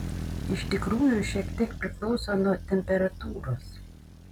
iš tikrųjų šiek tiek priklauso nuo temperatūros